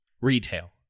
retail